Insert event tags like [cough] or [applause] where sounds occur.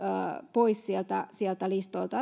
pois sieltä sieltä listoilta [unintelligible]